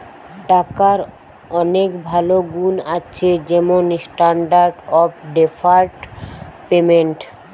টাকার অনেক ভালো গুন্ আছে যেমন স্ট্যান্ডার্ড অফ ডেফার্ড পেমেন্ট